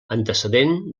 antecedent